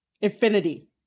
infinity